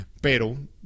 pero